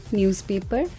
newspaper